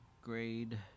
grade